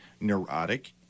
neurotic